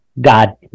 God